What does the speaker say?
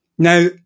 Now